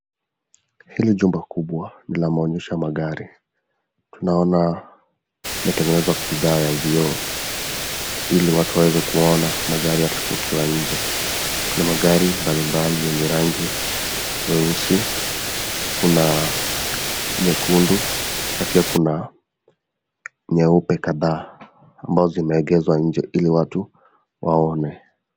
Hili jumba kubwa Ni la maonesho ya magari ,tunaona imetengenezwa Kwa bidhaa ya vioo ili watu waweze kuone magari ata wakiwa nje Kuna magari mbalimbali yenye rangi, nyeusi, na kuna nyekundu, Na Kuna nyeupe kadhaa ambazo zimeegezwa nje ili watu waone.